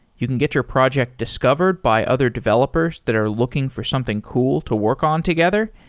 you can get your project discovered by other developers that are looking for something cool to work on together.